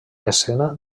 escena